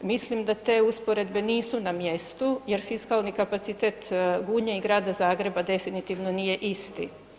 Mislim da te usporedbe nisu na mjestu jer fiskalni kapacitet Gunje i Grada Zagreba definitivno nije isti.